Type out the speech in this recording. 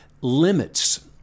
limits